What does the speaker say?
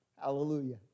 Hallelujah